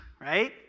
right